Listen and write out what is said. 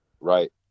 Right